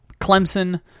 Clemson